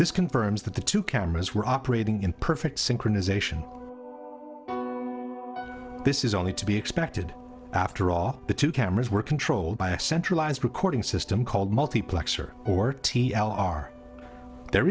this confirms that the two cameras were operating in perfect synchronisation this is only to be expected after all the two cameras were controlled by a centralized recording system called multiplexer or t l r there